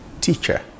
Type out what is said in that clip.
teacher